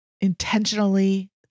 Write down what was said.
intentionally